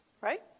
right